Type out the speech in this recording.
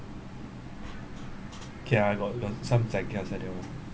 K~ lah I got got some also like that one